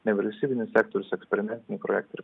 nevyriausybinis sektorius eksperimentiniai projektai ir